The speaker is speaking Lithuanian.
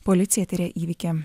policija tiria įvykį